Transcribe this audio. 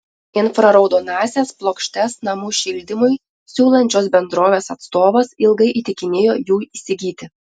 infraraudonąsias plokštes namų šildymui siūlančios bendrovės atstovas ilgai įtikinėjo jų įsigyti